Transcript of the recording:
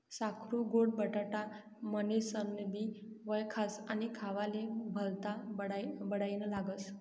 साकरु गोड बटाटा म्हनीनसनबी वयखास आणि खावाले भल्ता बडाईना लागस